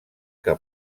que